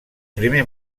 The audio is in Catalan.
primer